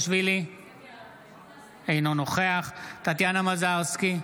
אינו נוכח טטיאנה מזרסקי,